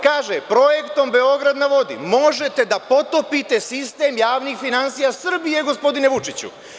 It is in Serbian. Kaže – projektom „Beograd na vodi“ možete da potopite sistem javnih finansija Srbije, gospodine Vučiću.